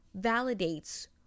validates